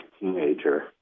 teenager